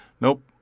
nope